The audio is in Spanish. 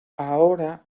ahora